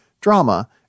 drama